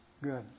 Good